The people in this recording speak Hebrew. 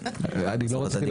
אני לא רציתי להפריע.